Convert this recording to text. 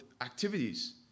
activities